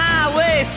Highway